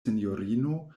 sinjorino